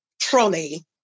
trolley